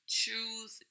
choose